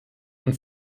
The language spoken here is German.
und